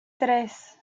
tres